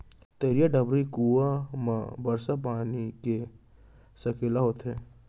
तरिया, डबरी, कुँआ म बरसा के पानी के सकेला होथे